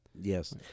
Yes